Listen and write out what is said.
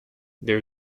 there